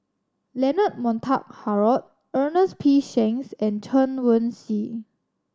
Leonard Montague Harrod Ernest P Shanks and Chen Wen Hsi